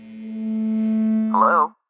Hello